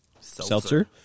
seltzer